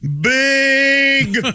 Big